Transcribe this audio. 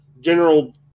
general